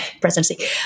presidency